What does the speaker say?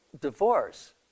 divorce